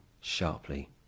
sharply